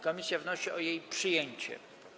Komisja wnosi o jej przyjęcie.